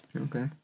okay